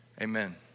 amen